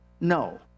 No